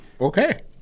Okay